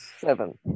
Seven